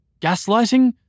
Gaslighting